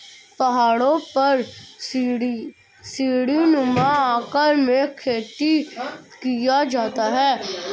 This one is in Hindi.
पहाड़ों पर सीढ़ीनुमा आकार में खेती किया जाता है